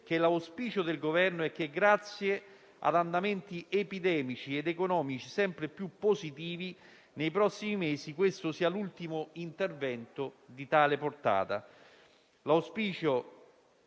che l'auspicio del Governo è che, grazie ad andamenti epidemici ed economici sempre più positivi nei prossimi mesi, questo sia l'ultimo intervento di tale portata.